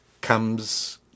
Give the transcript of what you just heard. comes